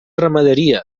ramaderia